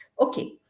okay